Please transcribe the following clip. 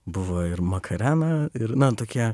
buvo ir makarena ir na tokie